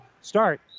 start